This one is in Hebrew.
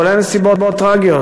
כולל נסיבות טרגיות,